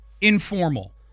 informal